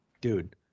Dude